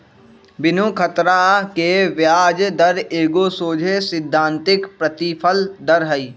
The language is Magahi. बिनु खतरा के ब्याज दर एगो सोझे सिद्धांतिक प्रतिफल दर हइ